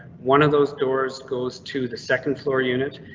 one of those doors goes to the second floor unit.